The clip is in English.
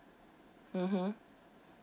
mmhmm